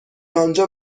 آنجا